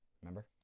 Remember